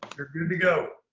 you're good to go.